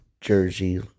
jersey